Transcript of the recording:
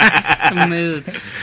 Smooth